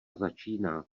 začíná